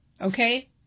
Okay